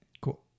Cool